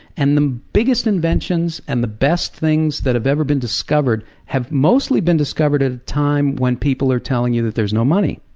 and the biggest inventions and the best things that have ever been discovered, have mostly been discovered at a time when people are telling you that there is no money.